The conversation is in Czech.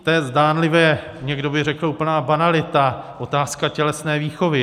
To je zdánlivě, někdo by řekl, úplná banalita, otázka tělesné výchovy.